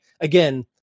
again